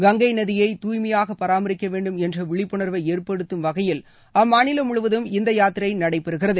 கங்கை நதியை தூய்மையாக பராமரிக்க வேண்டும் என்ற விழிப்புணர்வை ஏற்படுத்தும் வகையில் அம்மாநிலம் முழுவதும் இந்த யாத்திரை நடைப்பெறுகிறது